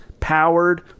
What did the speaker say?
powered